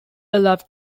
allowed